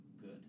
good